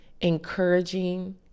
encouraging